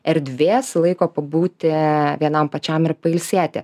erdvės laiko pabūti vienam pačiam ir pailsėti